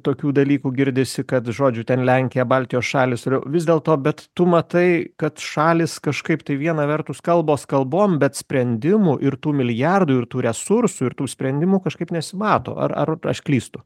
tokių dalykų girdisi kad žodžiu ten lenkija baltijos šalys ir vis dėl to bet tu matai kad šalys kažkaip tai viena vertus kalbos kalbom bet sprendimų ir tų milijardų ir tų resursų ir tų sprendimų kažkaip nesimato ar ar aš klystu